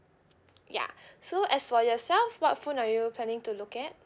ya so as for yourself what phone are you planning to look at